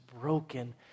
broken